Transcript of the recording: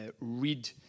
read